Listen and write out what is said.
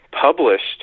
published